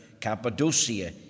Cappadocia